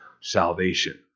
salvation